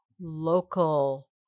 local